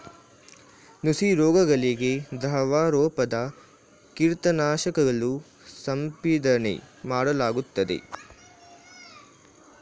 ನುಸಿ ರೋಗಗಳಿಗೆ ದ್ರವರೂಪದ ಕೀಟನಾಶಕಗಳು ಸಿಂಪಡನೆ ಮಾಡಲಾಗುತ್ತದೆ